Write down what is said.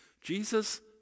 Jesus